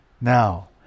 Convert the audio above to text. now